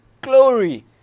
glory